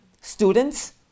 students